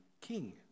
king